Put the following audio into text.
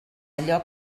allò